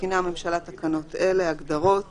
מתקינה הממשלה תקנות אלה: הגדרות